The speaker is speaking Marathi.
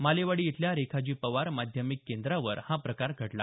मालेवाडी इथल्या रेखाजी पवार माध्यमिक केंद्रावर हा प्रकार घडला